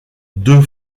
deux